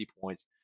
points